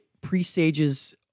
presages